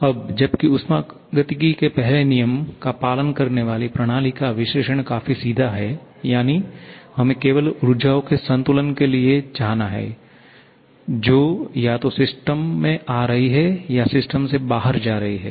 अब जबकि उष्मागतिकी के पहले नियम का पालन करने वाली प्रणाली का विश्लेषण काफी सीधा है यानी हमें केवल ऊर्जाओं के संतुलन के लिए जाना है जो या तो सिस्टम में आ रही हैं या सिस्टम से बाहर जा रही हैं